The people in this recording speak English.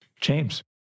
James